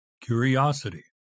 curiosity